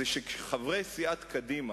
זה שחברי סיעת קדימה,